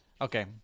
Okay